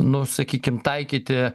nu sakykim taikyti